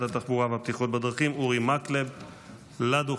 התחבורה והבטיחות בדרכים אורי מקלב לדוכן.